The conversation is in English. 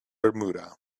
bermuda